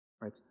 right